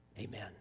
Amen